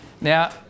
Now